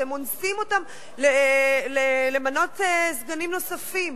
אתם אונסים אותם למנות סגנים נוספים.